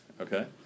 Okay